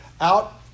out